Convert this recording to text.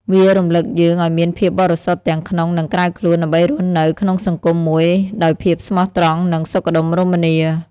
វារំឭកយើងឱ្យមានភាពបរិសុទ្ធទាំងក្នុង និងក្រៅខ្លួន ដើម្បីរស់នៅក្នុងសង្គមមួយដោយភាពស្មោះត្រង់ និងសុខដុមរមនា។។